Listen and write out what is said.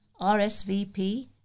RSVP